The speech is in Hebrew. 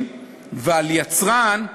ולגבי יצרן,